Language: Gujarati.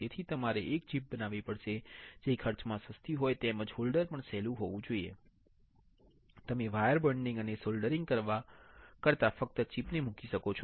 તેથી તમારે એક ચિપ બનાવવી પડશે જે ખર્ચ માં સસ્તી હોય તેમજ હોલ્ડર પણ સહેલું હોવું જોઈએ તમે વાયર બોન્ડિંગ અને સોલ્ડરિંગ કરવા કરતાં ફક્ત ચિપ ને મૂકી શકો છો